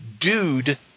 dude